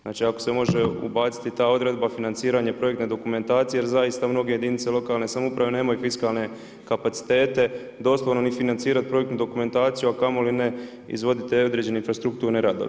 Znači ako se može ubaciti ta odredba financiranje projektne dokumentacije, jer zaista, mnoge jedinice lokalne samouprave, nemaju fiskalne kapacitete, doslovno ni financirati projektnu dokumentaciju, a kamo li ne izvoditi te određene infrastrukturne radove.